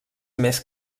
més